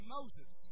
Moses